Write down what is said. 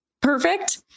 perfect